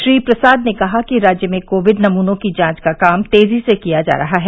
श्री प्रसाद ने कहा कि राज्य में कोविड नमूनों की जांच का काम तेजी से किया जा रहा है